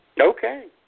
Okay